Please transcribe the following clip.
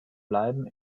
bleiben